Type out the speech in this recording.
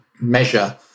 measure